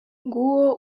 nguwo